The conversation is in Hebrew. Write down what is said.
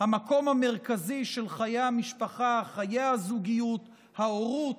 המקום המרכזי של חיי המשפחה, חיי הזוגיות, ההורות,